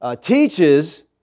teaches